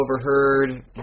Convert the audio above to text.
overheard